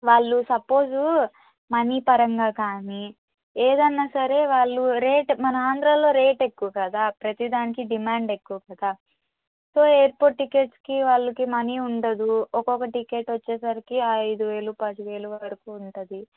వాళ్ళు suppose money పరంగా కాని ఏదైనా సరే వాళ్ళు రేట్ మన ఆంధ్రాలో రేటు ఎక్కువ కదా ప్రతిదానికీ డిమాండ్ ఎక్కువ కదా సొ ఎయిర్పోర్ట్ టికెట్స్కి వాళ్ళకి మనీ ఉండదు ఒక్కక్క టికెట్ వచ్చేసరికి ఐదు వేలు పది వేలు వరకు ఉంటుంది